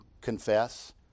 confess